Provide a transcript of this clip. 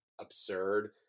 absurd